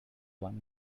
one